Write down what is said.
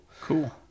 Cool